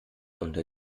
unter